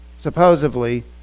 supposedly